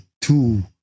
two